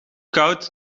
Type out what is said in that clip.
koud